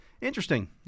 interesting